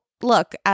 look